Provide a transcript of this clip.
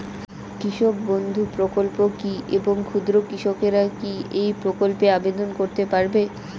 কৃষক বন্ধু প্রকল্প কী এবং ক্ষুদ্র কৃষকেরা কী এই প্রকল্পে আবেদন করতে পারবে?